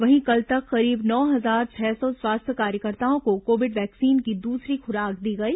वहीं कल तक करीब नौ हजार छह सौ स्वास्थ्य कार्यकर्ताओं को कोविड वैक्सीन की दूसरी खुराक दी गई